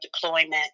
deployment